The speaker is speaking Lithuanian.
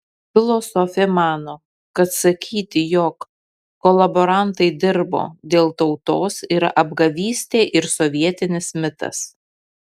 filosofė mano kad sakyti jog kolaborantai dirbo dėl tautos yra apgavystė ir sovietinis mitas